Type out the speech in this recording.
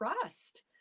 trust